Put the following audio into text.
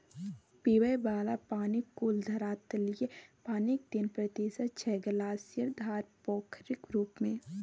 पीबय बला पानि कुल धरातलीय पानिक तीन प्रतिशत छै ग्लासियर, धार, पोखरिक रुप मे